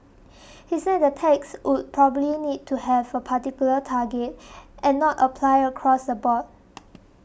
he said that the tax would probably need to have a particular target and not apply across the board